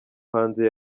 hanze